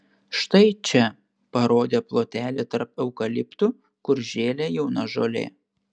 štai čia parodė plotelį tarp eukaliptų kur žėlė jauna žolė